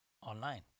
online